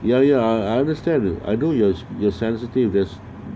ya ya I understand the idol yours your sensitive sensitiveness